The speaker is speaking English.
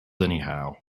anyhow